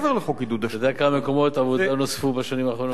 אתה יודע כמה מקומות עבודה נוספו בשנים האחרונות?